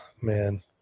Man